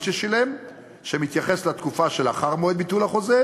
ששילם שמתייחס לתקופה שלאחר מועד ביטול החוזה,